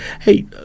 Hey